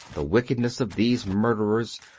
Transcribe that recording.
the wickedness of these murderers,